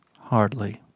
Hardly